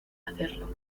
hacerlo